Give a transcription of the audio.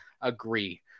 agree